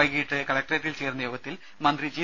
വൈകിട്ട് കലക്ടറേറ്റിൽ ചേരുന്ന യോഗത്തിൽ മന്ത്രി ജി